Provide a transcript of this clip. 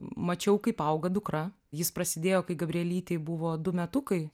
mačiau kaip auga dukra jis prasidėjo kai gabrielytei buvo du metukai